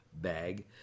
bag